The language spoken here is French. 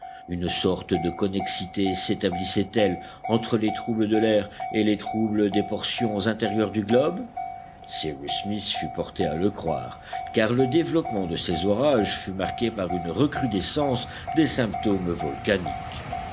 une sorte de connexité sétablissait elle entre les troubles de l'air et les troubles des portions intérieures du globe cyrus smith fut porté à le croire car le développement de ces orages fut marqué par une recrudescence des symptômes volcaniques